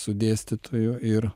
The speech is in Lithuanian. su dėstytoju ir